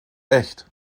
echt